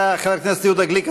חבר הכנסת יהודה גליק,